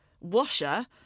washer